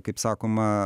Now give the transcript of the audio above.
kaip sakoma